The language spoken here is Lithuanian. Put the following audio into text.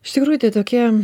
iš tikrųjų tai tokia